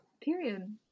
Period